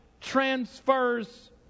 transfers